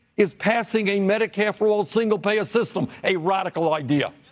is passing a medicare for all single payer system a radical idea?